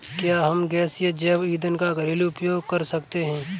क्या हम गैसीय जैव ईंधन का घरेलू उपयोग कर सकते हैं?